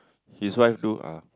his wife do ah